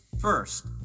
First